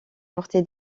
porté